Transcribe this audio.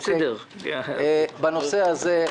בנושא הזה,